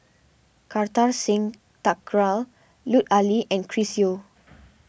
Kartar Singh Thakral Lut Ali and Chris Yeo